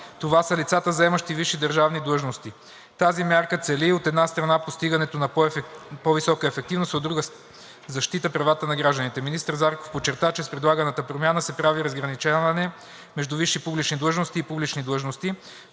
Това са лицата, заемащи висши публични длъжности. Тази мярка цели, от една страна, постигането на по-висока ефективност, а от друга – защита правата на гражданите. Министър Зарков подчерта, че с предлаганата промяна се прави разграничение между „висши публични длъжности“ и „публични длъжности“.